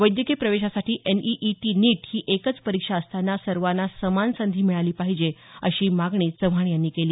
वैद्यकीय प्रवेशासाठी NEET NEET ही एकच परीक्षा असताना सर्वांना समान संधी मिळाली पाहिजे अशी मागणी चव्हाण यांनी केली